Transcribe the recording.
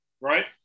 right